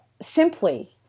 simply